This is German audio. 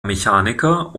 mechaniker